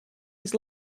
his